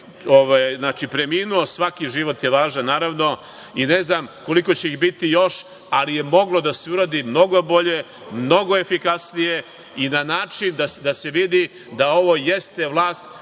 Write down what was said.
ljudi preminuo. Svaki život je važan, naravno, i ne znam koliko će ih biti još, ali je moglo da se uradi mnogo bolje, mnogo efikasnije i na način da se vidi da ovo jeste vlast